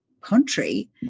country